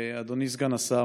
אדוני סגן השר,